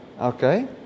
Okay